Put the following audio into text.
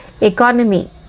Economy